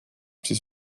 siis